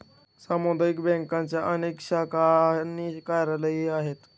सामुदायिक बँकांच्या अनेक शाखा आणि कार्यालयेही आहेत